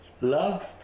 Love